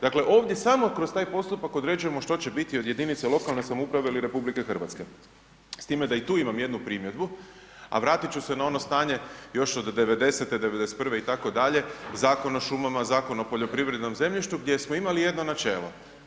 Dakle samo kroz taj postupak određujemo što će biti od jedinice lokalne samouprave ili RH s time da i tu imam jednu primjedbu a vratit ću se na ono stanje još od '90., '91., itd., Zakon o šumama, Zakon o poljoprivrednom zemljištu gdje smo imali jedno načelo.